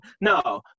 No